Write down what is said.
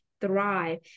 thrive